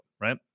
right